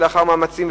לאחר מאמצים,